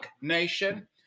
Nation